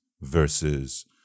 versus